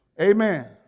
Amen